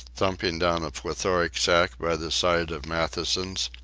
thumping down a plethoric sack by the side of matthewson's.